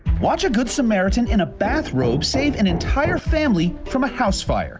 watch a good samaritan in a bathrobe save an entire family from a house fire.